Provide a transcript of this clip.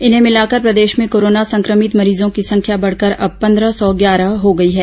इन्हें मिलाकर प्रदेश में कोरोना संक्रमित मरीजों की संख्या बढ़कर अब पंद्रह सौ ग्यारह हो गई है